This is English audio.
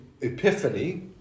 Epiphany